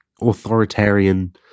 authoritarian